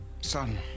son